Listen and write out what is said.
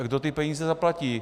Kdo ty peníze zaplatí?